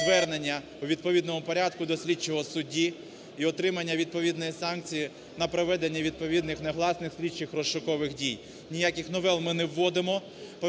звернення у відповідному порядку до слідчого судді і отримання відповідної санкції на проведення відповідних негласних слідчих розшукових дій. Ніяких новел ми не вводимо